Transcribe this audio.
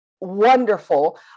wonderful